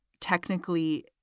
technically